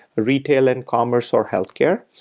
retail and commerce or healthcare.